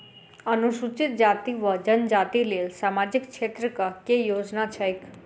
अनुसूचित जाति वा जनजाति लेल सामाजिक क्षेत्रक केँ योजना छैक?